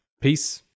Peace